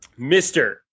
Mr